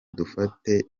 dufate